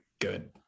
Good